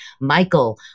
Michael